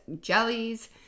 jellies